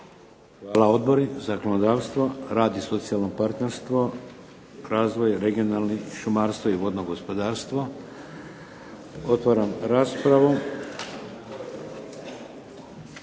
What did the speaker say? Hvala. Odbori zakonodavstvo, rad i socijalno parnterstvo, razvoj, regionalni, šumarstvo i vodno gospodarstvo. Otvaram raspravu.